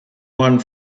one